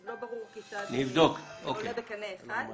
אז לא ברור כיצד זה עולה בקנה אחד.